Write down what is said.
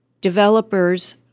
Developers